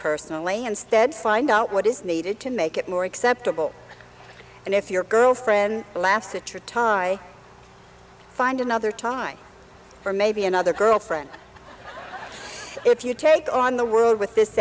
personally instead find out what is needed to make it more acceptable and if your girlfriend last a true tie find another time for maybe another girlfriend if you take on the world with this